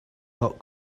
not